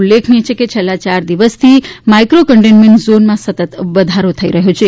ઉલ્લેખનીય છે કે છેલ્લા ચાર દિવસથી માઇક્રો કન્ટેન્ટમેન્ટ ઝોનમાં સતત વધારો થઈ રહ્યા છે